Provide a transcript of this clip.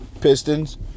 Pistons